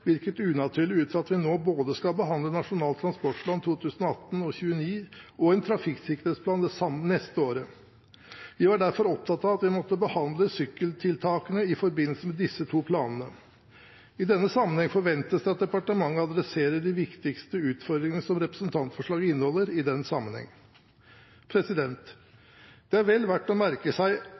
virket unaturlig, ut fra at vi skal behandle både Nasjonal transportplan for 2018–2029 og en trafikksikkerhetsplan det neste året. Vi var derfor opptatt av at vi måtte behandle sykkeltiltakene i forbindelse med disse to planene. I denne sammenheng forventes det at departementet adresserer de viktigste utfordringene som representantforslaget inneholder, i den sammenhengen. Det er vel verdt å merke seg